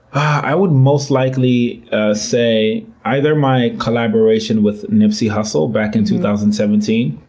i would most likely say either my collaboration with nipsey hussle back in two thousand seventeen.